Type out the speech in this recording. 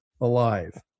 alive